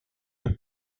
los